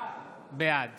בעד